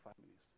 families